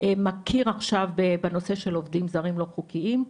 מכיר עכשיו בנושא של עובדים זרים לא חוקיים.